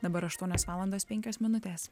dabar aštuonios valandos penkios minutės